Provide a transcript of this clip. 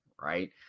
right